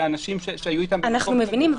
האנשים שהיו איתם במטוס --- אנחנו מבינים.